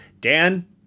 Dan